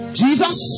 jesus